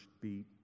beat